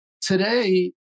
Today